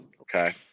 okay